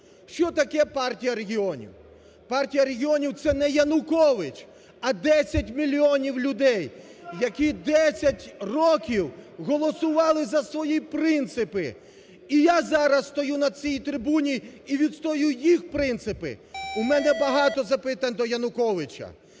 Що таке Партія регіонів? Партія регіонів – це не Янукович, а десять мільйонів людей, які десять років голосували за свої принципи. І я зараз стою на цій трибуні і відстоюю їх принципи. У мене багато запитань до Януковича,